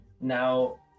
now